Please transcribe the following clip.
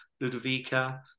Ludovica